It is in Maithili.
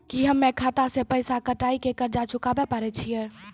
की हम्मय खाता से पैसा कटाई के कर्ज चुकाबै पारे छियै?